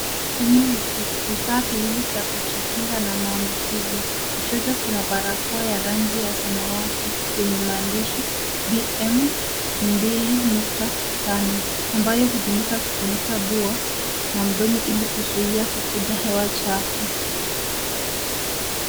Hivi ni vifaa viwili vya kujikinga na maambukizi. Kushoto kuna barakoa ya rangi ya samawati yenye maandishi, BM mbili nukta tano, ambayo hutumika kufunika pua na mdomi ili kuzuia kuvuta hewa chafu.